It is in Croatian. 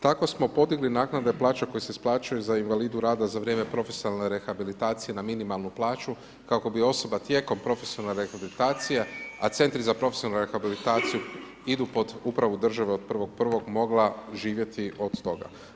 Tako smo podigli naknade plaća koje se isplaćuju za invalidu rada za vrijeme profesionalne rehabilitacije na minimalnu plaću, kako bi osoba tijekom profesionalne rehabilitacije, a centri za profesionalnu rehabilitaciju, idu pod upravo, država od 1.1. mogla živjeti od toga.